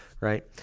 right